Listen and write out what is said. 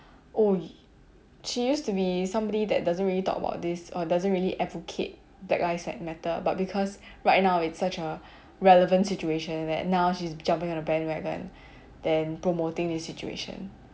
oh she used to be somebody that doesn't really talk about this or doesn't really advocate black lives matter but because right now it's such a relevant situation that now she's jumping on the bandwagon than promoting this situation